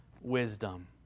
wisdom